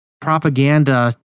propaganda